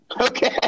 Okay